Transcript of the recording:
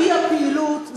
אי-פעילות,